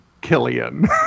Killian